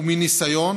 ומניסיון